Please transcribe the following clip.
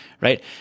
right